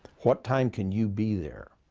what time can you be there?